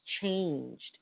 changed